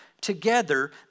together